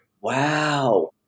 Wow